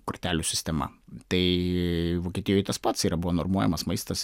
kortelių sistema tai vokietijoj tas pats yra buvo normuojamas maistas